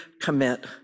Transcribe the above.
commit